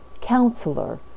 Counselor